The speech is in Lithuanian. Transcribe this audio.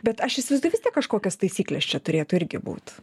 bet aš įsivaizduoju vis tiek kažkokios taisyklės čia turėtų irgi būt